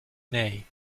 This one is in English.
nay